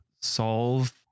solve